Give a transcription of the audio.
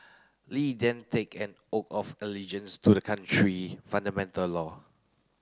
Li then took an oath of allegiance to the country fundamental law